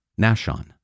Nashon